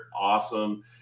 awesome